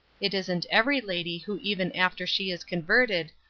it isn't every lady who even after she is converted,